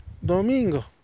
domingo